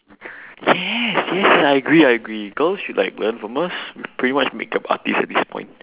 yes yes yes I agree I agree girls should like learn from us we're pretty much makeup artists at this point